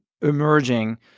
emerging